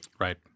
Right